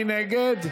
מי נגד?